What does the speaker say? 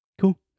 Cool